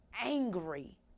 angry